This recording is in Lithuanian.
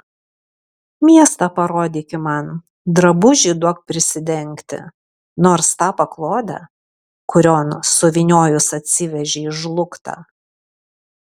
miestą parodyki man drabužį duok prisidengti nors tą paklodę kurion suvyniojus atsivežei žlugtą